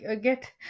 get